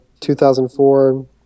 2004